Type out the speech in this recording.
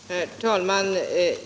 Herr talman!